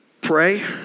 pray